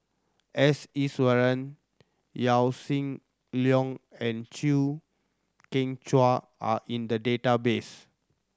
S Iswaran Yaw Shin Leong and Chew Kheng Chuan are in the database